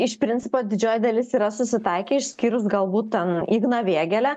iš principo didžioji dalis yra susitaikę išskyrus galbūt ten igną vėgėlę